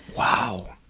wow.